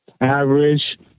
average